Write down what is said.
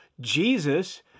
Jesus